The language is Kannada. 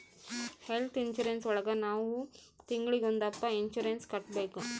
ಹೆಲ್ತ್ ಇನ್ಸೂರೆನ್ಸ್ ಒಳಗ ನಾವ್ ತಿಂಗ್ಳಿಗೊಂದಪ್ಪ ಇನ್ಸೂರೆನ್ಸ್ ಕಟ್ಟ್ಬೇಕು